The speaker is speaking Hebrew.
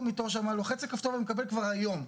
מתור שם לוחץ על הכפתור ומקבל כבר היום.